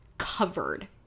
covered